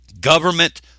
government